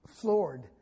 floored